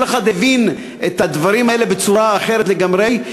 כל אחד הבין את הדברים האלה בצורה אחרת לגמרי.